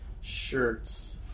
Shirts